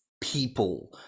people